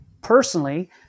personally